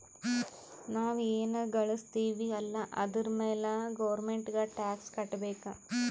ನಾವ್ ಎನ್ ಘಳುಸ್ತಿವ್ ಅಲ್ಲ ಅದುರ್ ಮ್ಯಾಲ ಗೌರ್ಮೆಂಟ್ಗ ಟ್ಯಾಕ್ಸ್ ಕಟ್ಟಬೇಕ್